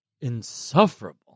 insufferable